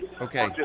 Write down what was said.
Okay